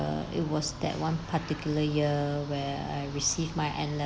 it was that one particular year where I receive my N level